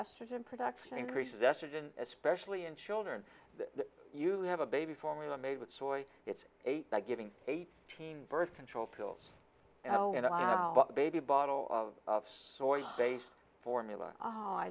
estrogen production increases estrogen especially in children you have a baby formula made with soy it's eight by giving a teen birth control pills baby bottle of soy based formula